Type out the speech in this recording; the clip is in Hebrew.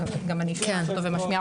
גם אני שומעת אותו ומשמיעה אותו.